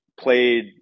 played